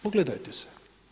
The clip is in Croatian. Pogledajte se!